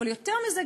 אבל יותר מזה,